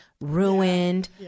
ruined